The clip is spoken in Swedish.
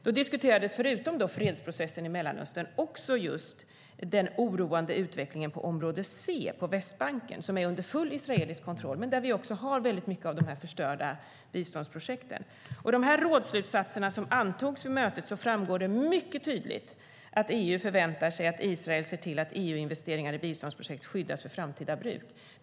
Då diskuterades förutom fredsprocessen i Mellanöstern också just den oroande utvecklingen i område C på Västbanken, som är under full israelisk kontroll, men där vi också har väldigt mycket av de förstörda biståndsprojekten. Av de rådsslutsatser som antogs vid mötet framgår det mycket tydligt att EU förväntar sig att Israel ser till att EU-investeringar i biståndsprojekt skyddas för framtida bruk.